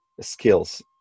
skills